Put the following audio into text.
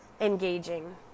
engaging